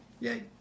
Yay